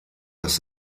dass